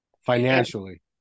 financially